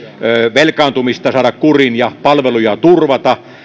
velkaantumista saada kuriin palveluja turvata